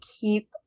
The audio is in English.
keep